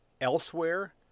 elsewhere